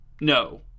No